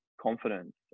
confidence